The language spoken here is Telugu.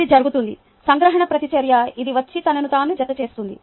ఇది జరుగుతుంది సంగ్రహణ ప్రతిచర్య ఇది వచ్చి తనను తాను జతచేస్తుంది